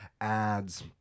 ads